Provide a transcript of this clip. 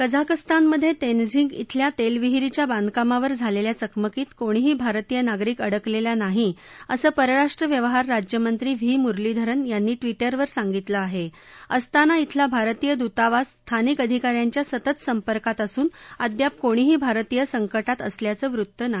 कझाकस्तानमधतित्त्विम इथल्या तस्विहीरीच्या बाधकामावर झालख्वा चकमकीत कोणीही भारतीय नागरिक अडकलली नाही असं परराष्ट्र व्यवहार राज्यमंत्री व्ही मुरलीधरन् यांनी ट्वीटरवर सांगितलं आहा अस्ताना इथला भारतीय दूतावास स्थानिक अधिका यांच्या सतत संपर्कात असून अद्याप कोणी ही भारतीय संकटात असल्याचं वृत्त नाही